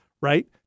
right